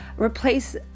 replace